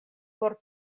por